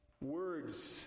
words